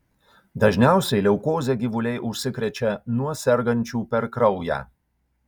dažniausiai leukoze gyvuliai užsikrečia nuo sergančių per kraują